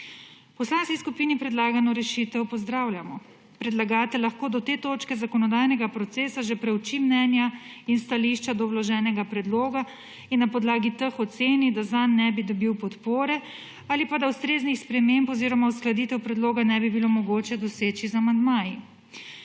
poslanski skupini predlagano rešitev pozdravljamo, predlagatelj lahko do te točke zakonodajnega procesa že preuči mnenja in stališča do vloženega predloga in na podlagi teh oceni, da zanj ne bi dobil podpore, ali pa da ustreznih sprememb oziroma uskladitev predloga ne bi bilo mogoče doseči z amandmaji.